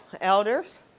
elders